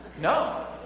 No